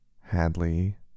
hadley